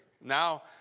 Now